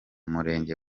murenge